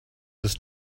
this